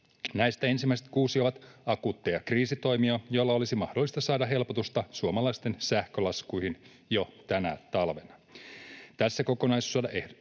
Näistä ensimmäiset kuusi ovat akuutteja kriisitoimia, joilla olisi mahdollista saada helpotusta suomalaisten sähkölaskuihin jo tänä talvena. Tässä kokonaisuudessa ehdotamme